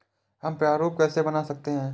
हम प्रारूप कैसे बना सकते हैं?